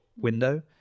window